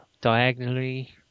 diagonally